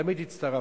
תמיד הצטרפנו.